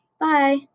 Bye